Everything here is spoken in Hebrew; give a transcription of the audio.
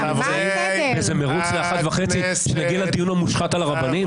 האם זה מרוץ ל-01:30 שנגיע לדיון המושחת על הרבנים?